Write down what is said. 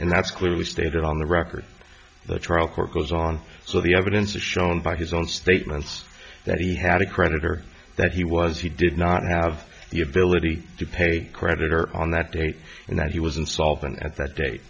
and that's clearly stated on the record the trial court goes on so the evidence is shown by his own statements that he had a creditor that he was he did not have the ability to pay creditor on that date and that he was insolvent at that date